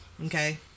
Okay